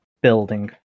building